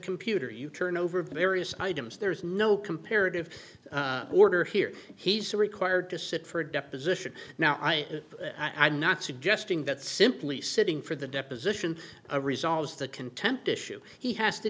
computer you turn over various items there is no comparative order here he's required to sit for a deposition now i i not suggesting that simply sitting for the deposition resolves the contempt issue he has to